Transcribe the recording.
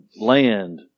land